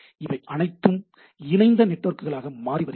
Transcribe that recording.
இவை அனைத்தும் இணைந்த நெட்வொர்க்குகளாக மாறிவருகின்றன